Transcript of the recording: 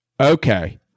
okay